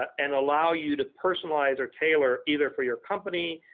and allow you to personalize or tailor, either for your company,